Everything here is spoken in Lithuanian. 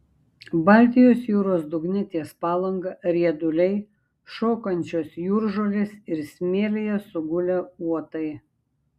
baltijos jūros dugne ties palanga rieduliai šokančios jūržolės ir smėlyje sugulę uotai